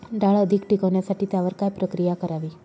डाळ अधिक टिकवण्यासाठी त्यावर काय प्रक्रिया करावी?